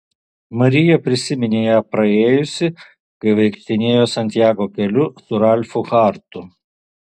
marija prisiminė ją praėjusi kai vaikštinėjo santjago keliu su ralfu hartu